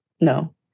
No